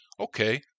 Okay